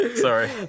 Sorry